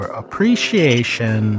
appreciation